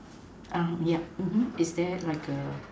uh ya mmhmm is there like a